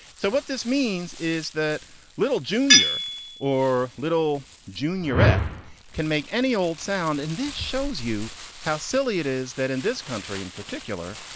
so what this means is that little junior or little junior at can make any old sound in this shows you how silly it is that in this country in particular,